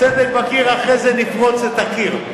סדק בקיר, אחרי זה נפרוץ את הקיר.